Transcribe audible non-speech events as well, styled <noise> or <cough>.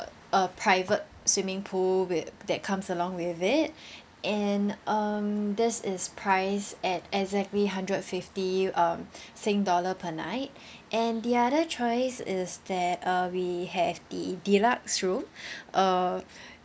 a private swimming pool with that comes along with it <breath> and um this is priced at exactly hundred fifty um <breath> sing dollar per night <breath> and the other choice is that uh we have the deluxe room <breath> uh